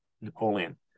Napoleon